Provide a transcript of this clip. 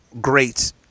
great